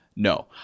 No